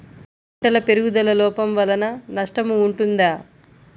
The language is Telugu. పంటల పెరుగుదల లోపం వలన నష్టము ఉంటుందా?